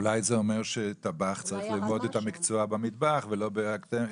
אולי זה אומר שטבח צריך ללמוד את המקצוע במטבח ולא באקדמיה.